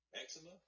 eczema